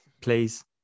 please